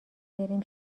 بریم